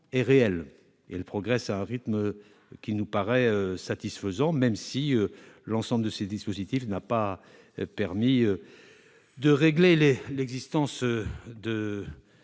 est réelle : elle progresse à un rythme qui nous paraît satisfaisant, même si l'ensemble de ces dispositifs n'a pas permis de régler l'existence de